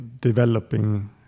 developing